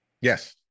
Yes